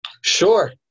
Sure